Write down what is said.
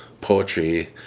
poetry